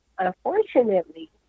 Unfortunately